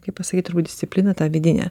kaip pasakyt turbūt discipliną tą vidinę